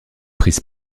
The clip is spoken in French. prise